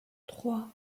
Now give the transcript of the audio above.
trois